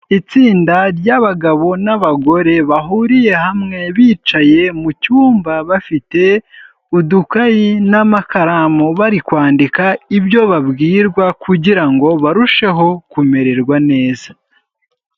Itsinda ry'abagabo n'abagore, bahuriye hamwe bicaye mu cyumba, bafite udukayi n'amakaramu, bari kwandika ibyo babwirwa, kugira ngo barusheho kumererwa neza.